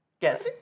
yes